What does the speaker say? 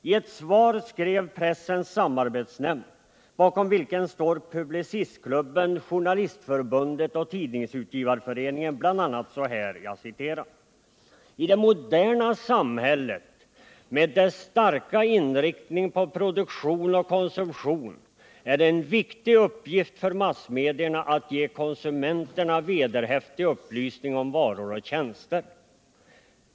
I ett svar skrev Pressens samarbetsnämnd, bakom vilken står Publicistklubben, Journalistförbundet och Tidningsutgivareföreningen, bl.a. så här: ”I det moderna samhället med dess starka inriktning på produktion och konsumtion är det en viktig uppgift för massmedierna att ge konsumenterna vederhäftig upplysning om varor och tjänster.